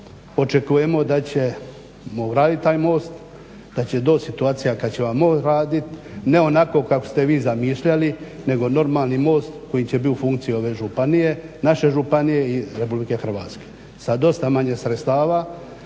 očekujemo da ćemo uraditi taj most da će doć situacija kad ćemo most raditi ne onako kako ste vi zamišljali nego normalni most koji će biti u funkciji ove županije, naše županije i RH sa dosta manje sredstava.